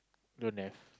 don't have